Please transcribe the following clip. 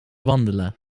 wandelen